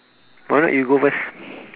alright you go first